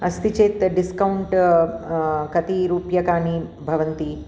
अस्ति चेत् डिस्कौन्ट् कति रूप्यकाणि भवन्ति